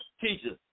teachers